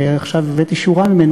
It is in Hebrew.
שהבאתי שורה ממנו,